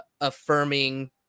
affirming